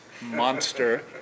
monster